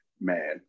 man